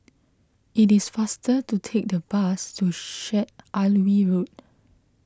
it is faster to take the bus to Syed Alwi Road